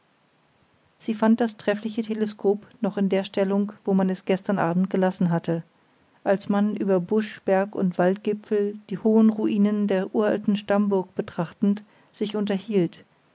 sie fand das treffliche teleskop noch in der stellung wo man es gestern abend gelassen hatte als man über busch berg und waldgipfel die hohen ruinen der uralten stammburg betrachtend sich unterhielt